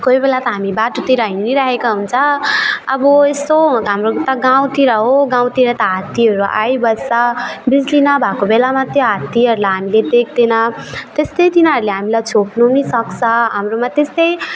कोही बेला त हामी बाटोतिर हिँडिरहेका हुन्छौँ अब यस्तो हाम्रो त गाउँतिर हो गाउँतिर त हात्तीहरू आइबस्छ बिजुली नभएको बेलामा त्यो हात्तीहरूलाई हामीले देख्दैन त्यस्तै तिनीहरूले हामीलाई छोप्नु पनि सक्छ हाम्रोमा त्यस्तै